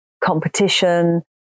competition